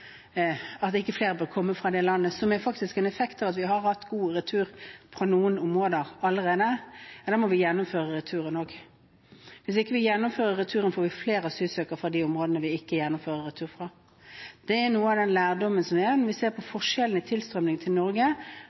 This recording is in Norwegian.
ikke bør komme fra et land, faktisk har hatt effekt ved at vi har hatt god retur til noen områder allerede, men da må vi gjennomføre returen. Hvis vi ikke gjennomfører returen, får vi flere asylsøkere fra de områdene vi ikke gjennomfører retur til. Det er noe av lærdommen vi har. Når vi ser på forskjellen mellom tilstrømmingen til Norge